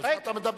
אז מה אתה מדבר,